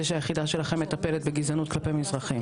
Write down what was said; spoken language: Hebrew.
שהיחידה שלכם מטפלת בגזענות כלפי מזרחים.